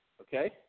Okay